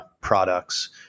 products